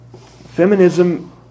Feminism